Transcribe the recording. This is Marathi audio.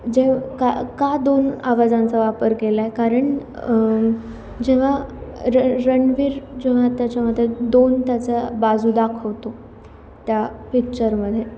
जेव का का दोन आवाजांचा वापर केला आहे कारण जेव्हा र रणवीर जेव्हा त्याच्यामध्ये दोन त्याचा बाजू दाखवतो त्या पिच्चरमध्ये